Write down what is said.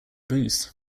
booth